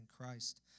Christ